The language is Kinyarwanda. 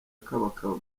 akabakaba